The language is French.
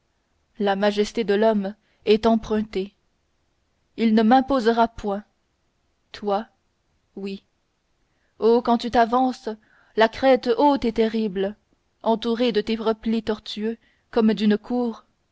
la majesté de l'homme est empruntée il ne m'imposera point toi oui oh quand tu t'avances la crête haute et terrible entouré de tes replis tortueux comme d'une cour